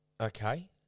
Okay